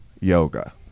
yoga